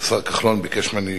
השר כחלון ביקש ממני